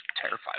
terrified